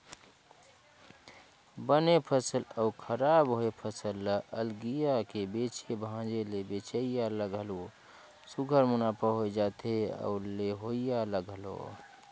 बने फसल अउ खराब होए फसल ल अलगिया के बेचे भांजे ले बेंचइया ल घलो सुग्घर मुनाफा होए जाथे अउ लेहोइया ल घलो